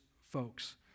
folks